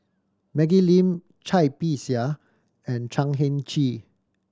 Maggie Lim Cai Bixia and Chan Heng Chee